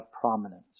prominence